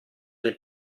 del